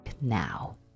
now